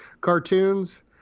cartoons